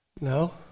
No